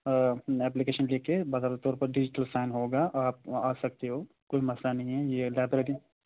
application لکھ کے باقاعدہ طور پر ڈیجیٹل سائن ہوگا اور آپ آ سکتے ہو کوئی مسئلہ نہیں ہے یہ لائبریری